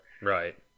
right